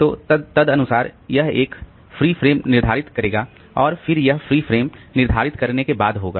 तो तदनुसार यह एक फ्री फ्रेम निर्धारित करेगा और फिर यह फ्री फ्रेम निर्धारित करने के बाद होगा